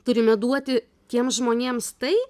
turime duoti tiems žmonėms tai